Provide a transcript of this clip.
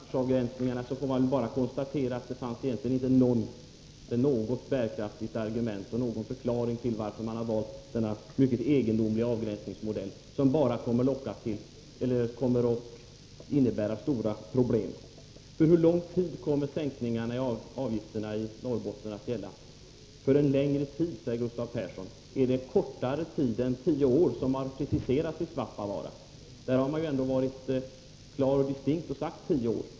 Fru talman! I fråga om branschavgränsningarna får man bara konstatera att det egentligen inte finns något bärkraftigt argument för eller någon förklaring till att man valt denna mycket egendomliga avgränsningsmodell, som bara kommer att innebära stora problem. För hur lång tid kommer sänkningen av avgifterna i Norrbotten att gälla? ”För en längre tid”, säger Gustav Persson. Är det kortare tid än tio år, som har preciserats i Svappavaara? Där har man ju ändå varit klar och distinkt och sagt tio år.